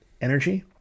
energy